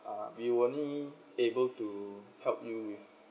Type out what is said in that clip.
uh we only able to help you with